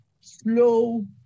slow